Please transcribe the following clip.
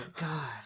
God